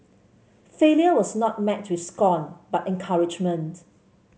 failure was not met with scorn but encouragement